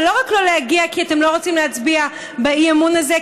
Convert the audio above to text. ולא רק לא להגיע כי אתם לא רוצים להצביע באי-אמון הזה,